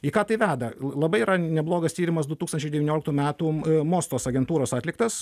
į ką tai veda labai yra neblogas tyrimas du tūkstančiai devynioliktų metų mostos agentūros atliktas